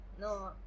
No